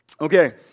Okay